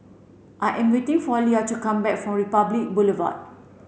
I am waiting for Lelia to come back from Republic Boulevard